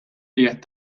qiegħed